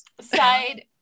side